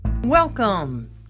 Welcome